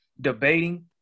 debating